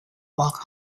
walk